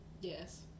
Yes